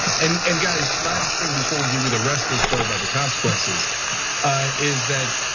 and and guys, last thing before we give you the rest of the story about the consequences is that,